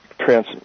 trans